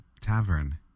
tavern